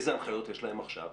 איזה הנחיות יש להם עכשיו?